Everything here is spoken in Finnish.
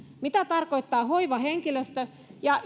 mitä tarkoittaa hoivahenkilöstö ja